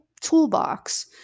toolbox